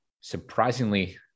surprisingly